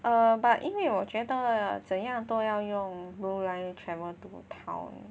um but 因为我觉得怎样都要用 blue line travel to town